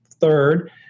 Third